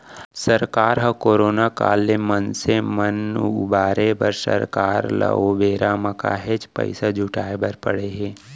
सरकार ह करोना काल ले मनसे मन उबारे बर सरकार ल ओ बेरा म काहेच पइसा जुटाय बर पड़े हे